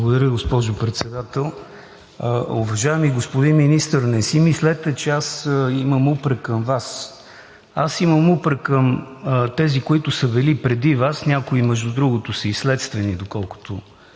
Благодаря, госпожо Председател. Уважаеми господин Министър, не си мислете, че имам упрек към Вас. Имам упрек към тези, които са били преди Вас. Някои, между другото, са и следствени, доколкото